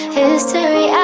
history